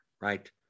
right